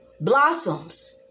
blossoms